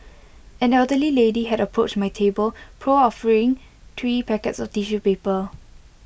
an elderly lady had approached my table proffering three packets of tissue paper